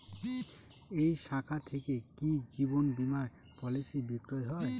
এই শাখা থেকে কি জীবন বীমার পলিসি বিক্রয় হয়?